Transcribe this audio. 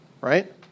right